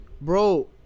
Bro